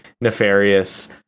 nefarious